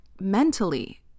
mentally